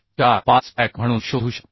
45fck म्हणून शोधू शकतो